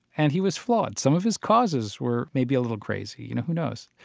and he was flawed. some of his causes were maybe a little crazy. you know, who knows?